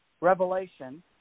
revelation